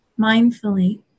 mindfully